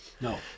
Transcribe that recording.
No